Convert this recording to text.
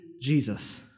Jesus